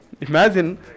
Imagine